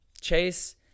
Chase